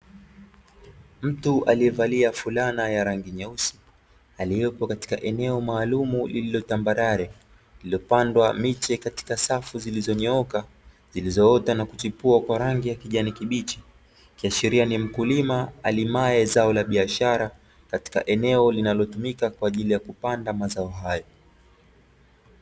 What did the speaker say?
Mtu aliyevalia fulana ya rangi nyeusi aliyeko katika eneo maalumu lililo tambarare, lililopandwa miche katika safu zilizonyooka na kuchipua kwa rangi ya kijani kibichi. Ikiashiria ni mkulima alimae zao la biashara, katika eneo linalotumika kwa ajili ya kupanda mazao hayo.